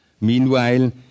Meanwhile